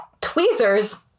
tweezers